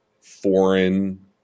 foreign